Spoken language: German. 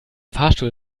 fahrstuhl